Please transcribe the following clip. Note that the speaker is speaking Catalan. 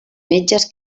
metges